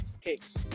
cakes